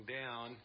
down